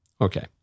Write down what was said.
Okay